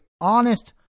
honest